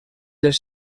les